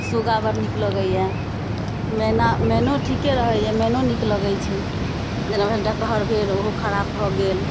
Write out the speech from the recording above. सुगा बड्ड नीक लगैया मैना मैनो ठीके रहैया मैनो नीक लगैत छै जेना भेल डकहर भेल ओहो खराप भऽ गेल